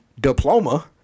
diploma